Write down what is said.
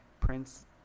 Prince